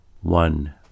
one